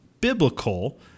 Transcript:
biblical—